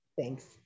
Thanks